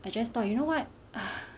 I just thought you know [what]